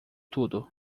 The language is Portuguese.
tudo